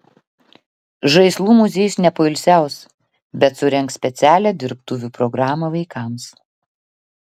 žaislų muziejus nepoilsiaus bet surengs specialią dirbtuvių programą vaikams